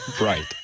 Right